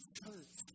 church